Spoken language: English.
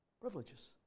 Privileges